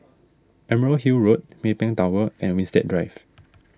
Emerald Hill Road Maybank Tower and Winstedt Drive